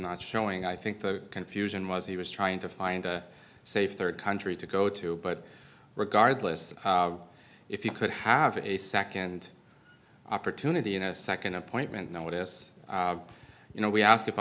not showing i think the confusion was he was trying to find a safe third country to go to but regardless if you could have a second opportunity in a second appointment notice you know we ask if